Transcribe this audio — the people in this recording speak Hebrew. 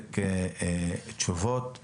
תספק תשובות ומענים,